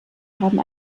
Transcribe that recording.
haben